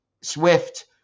Swift